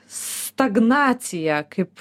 stagnaciją kaip